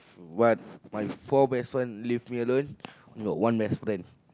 when my four best friend leave me alone I got one best friend